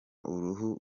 uruhu